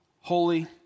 holy